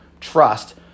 trust